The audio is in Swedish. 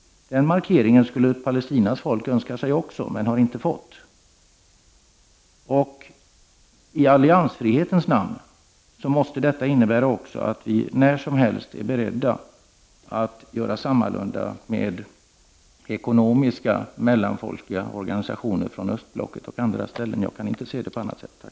Den markeringen skulle också Palestinas folk önska sig, men har inte fått en sådan. I alliansfrihetens namn måste detta också innebära att vi är beredda att när som helst göra sammalunda med ekonomiska mellanfolkliga organisationer från östblocket och andra områden. Jag kan inte se det på annat sätt. Tack!